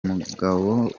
mugabo